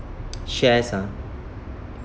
shares ah